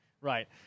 right